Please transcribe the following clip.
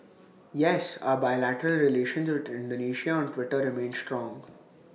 yes our bilateral relations with Indonesia on Twitter remains strong